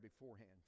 beforehand